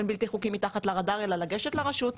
בלתי חוקי מתחת לרדאר; אלא לגשת לרשות,